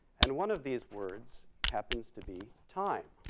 and one of these words happens to be time.